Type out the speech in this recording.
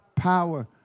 power